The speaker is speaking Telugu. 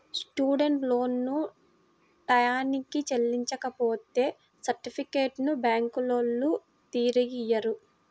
స్టూడెంట్ లోన్లను టైయ్యానికి చెల్లించపోతే సర్టిఫికెట్లను బ్యాంకులోల్లు తిరిగియ్యరు